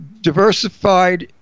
diversified